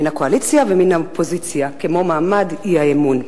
מן הקואליציה ומן האופוזיציה, כמו מעמד האי-אמון.